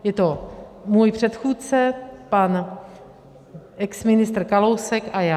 Je to můj předchůdce, pan exministr Kalousek, a já.